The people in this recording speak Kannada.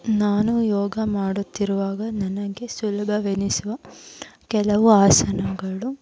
ನಾನು ಯೋಗ ಮಾಡುತ್ತಿರುವಾಗ ನನಗೆ ಸುಲಭವೆನಿಸುವ ಕೆಲವು ಆಸನಗಳು